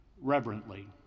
reverently